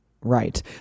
Right